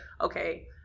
okay